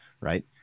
right